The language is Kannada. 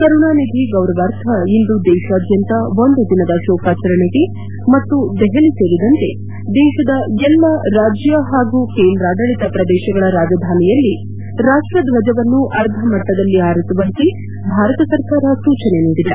ಕರುಣಾನಿಧಿ ಗೌರವಾರ್ಥ ಇಂದು ದೇಶಾದ್ಯಂತ ಒಂದು ದಿನದ ಕೋಕಾಚರಣೆಗೆ ಮತ್ತು ದೆಹಲಿ ಸೇರಿದಂತೆ ದೇತದ ಎಲ್ಲ ರಾಜ್ಯ ಹಾಗೂ ಕೇಂದ್ರಾಡಳಿತ ಪ್ರದೇಶಗಳ ರಾಜಧಾನಿಯಲ್ಲಿ ರಾಷ್ಟ್ರಥಜವನ್ನು ಅರ್ಧ ಮಟ್ಟದಲ್ಲಿ ಹಾರಿಸುವಂತೆ ಭಾರತ ಸರ್ಕಾರ ಸೂಚನೆ ನೀಡಿದೆ